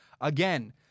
again